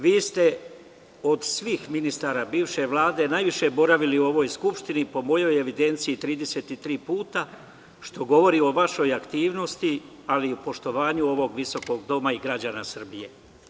Vi ste od svih ministara bivše Vlade najviše boravili u ovoj skupštini, po mojoj evidenciji 33 puta, što govori o vašoj aktivnosti, ali i poštovanju ovog visokog doma i građana Srbije.